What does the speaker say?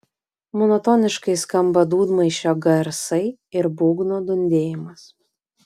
monotoniškai skamba dūdmaišio garsai ir būgnų dundėjimas